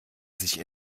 sich